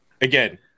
again